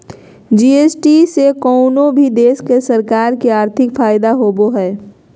GST से कउनो भी देश के सरकार के आर्थिक फायदा होबो हय